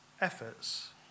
efforts